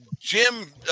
Jim